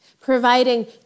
Providing